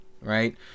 right